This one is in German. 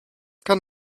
kann